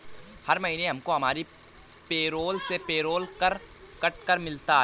हर महीने हमको हमारी पेरोल से पेरोल कर कट कर मिलता है